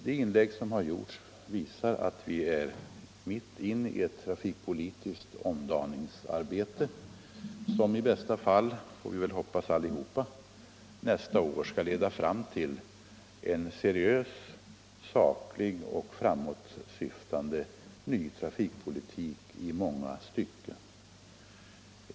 De inlägg som gjorts visar att vi är mitt inne i ett trafikpolitiskt omdaningsarbete, som i bästa fall — och det hoppas vi väl alla — nästa år leder fram till en seriös, saklig och framåtsyftande ny trafikpolitik i många stycken.